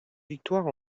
victoires